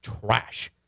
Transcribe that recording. trash